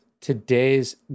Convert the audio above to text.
today's